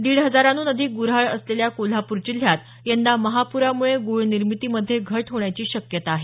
दीड हजाराहून अधिक गुऱ्हाळ असलेल्या कोल्हापूर जिल्ह्यात यंदा महापुरामुळे गूळ निर्मितीमध्ये घट होण्याची शक्यता आहे